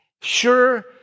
sure